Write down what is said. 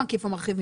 המוצע,